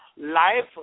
Life